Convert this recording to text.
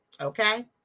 Okay